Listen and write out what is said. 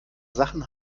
sachen